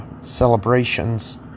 celebrations